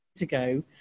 ago